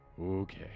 okay